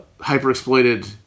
hyper-exploited